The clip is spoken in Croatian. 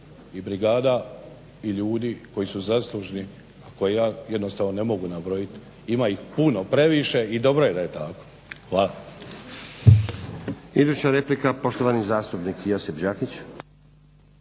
i brigada i ljudi koji su zaslužni, a koje ja jednostavno ne mogu nabrojit, ima ih puno previše i dobro je da je tako. Hvala.